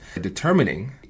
determining